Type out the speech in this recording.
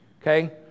Okay